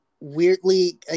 weirdly